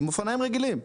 עם אופניים רגילים,